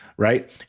Right